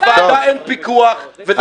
הוא לא תיאר שעל הוועדה אין פיקוח --- תגיד,